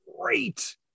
great